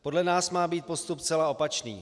Podle nás má být postup zcela opačný.